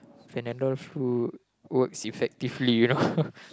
Panadol flu works effectively you know